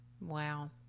wow